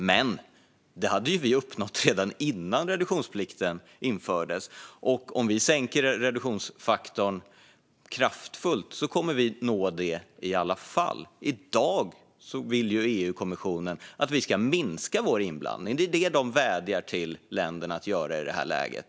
Men det hade vi ju uppnått redan innan reduktionsplikten infördes, och om vi sänker reduktionsfaktorn kraftigt kommer vi att nå det i alla fall. I dag vill EU-kommissionen att vi ska minska vår inblandning. Det är det som de vädjar till länderna om att göra i det här läget.